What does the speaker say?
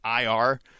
IR